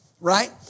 Right